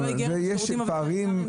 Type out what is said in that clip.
יש פערים,